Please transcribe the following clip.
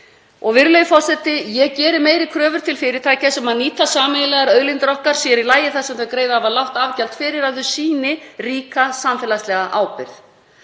Virðulegi forseti. Ég geri meiri kröfur til fyrirtækja sem nýta sameiginlegar auðlindir okkar, sér í lagi þar sem þau greiða afar lágt afgjald fyrir, að þau sýni ríka samfélagslega ábyrgð.